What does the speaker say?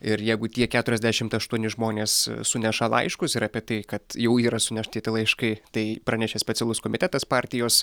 ir jeigu tie keturiasdešimt aštuoni žmonės suneša laiškus ir apie tai kad jau yra sunešti tie laiškai tai pranešė specialus komitetas partijos